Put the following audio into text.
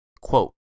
quote